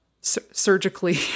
surgically